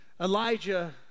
Elijah